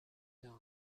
dawn